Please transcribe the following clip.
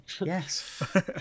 Yes